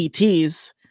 ets